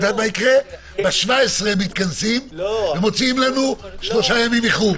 ב-17 הם מתכנסים, ומוציאים לנו שלושה ימים איחור.